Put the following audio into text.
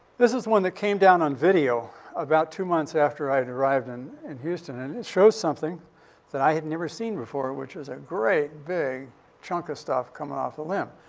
this is one that came down on video about two months after i'd arrived and in houston. and it shows something that i had never seen before, which was a great big chunk of stuff coming off a limb.